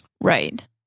right